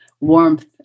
warmth